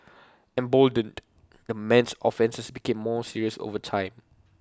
emboldened the man's offences became more serious over time